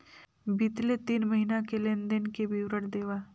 बितले तीन महीना के लेन देन के विवरण देवा?